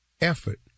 effort